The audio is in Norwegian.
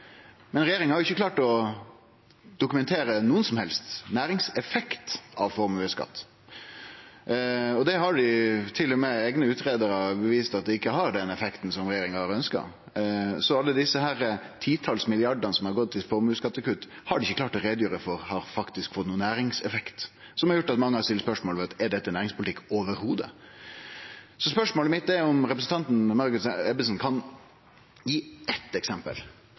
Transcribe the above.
Men regjeringa har ikkje klart å dokumentere nokon som helst næringseffekt av formuesskattekutta, og til og med eigne utgreiarar har vist at det ikkje har den effekten som regjeringa hadde ønskt. Så alle desse titals milliardane som har gått til formuesskattekutt, har ein faktisk ikkje klart å gjere greie for har hatt nokon næringseffekt, noko som har gjort at mange har stilt spørsmålet: Er dette næringspolitikk i det heile? Spørsmålet mitt er om representanten Margunn Ebbesen kan gi eitt eksempel